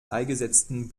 eingesetzten